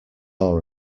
awe